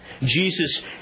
Jesus